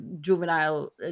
juvenile